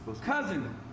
Cousin